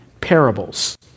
parables